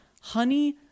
honey